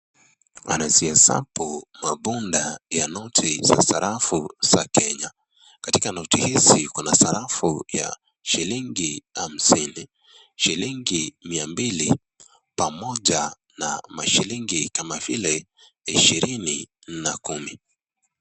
Anaziesabu mabunda ya noti za sarafu za Kenya. Katika noti hizi Kuna sarafu ya shilingi hamsini . Shilingi mia mbili pamoja na mashilingi kama vile ishirini na kumi.